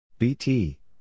BT